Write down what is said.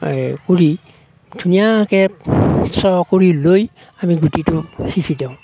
কৰি ধুনীয়াকে চহ কৰি লৈ আমি গুটিটো সিঁচি দিওঁ